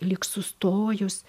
lyg sustojus